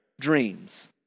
dreams